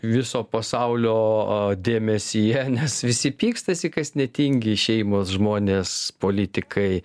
viso pasaulio dėmesyje nes visi pykstasi kas netingi šeimos žmonės politikai